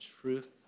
truth